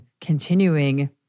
continuing